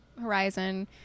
horizon